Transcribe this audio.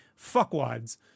fuckwads